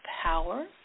power